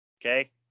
Okay